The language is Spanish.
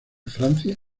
francia